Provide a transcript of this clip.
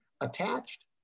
attached